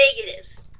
negatives